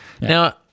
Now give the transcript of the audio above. Now